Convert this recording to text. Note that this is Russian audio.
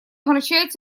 омрачает